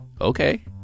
Okay